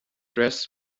dress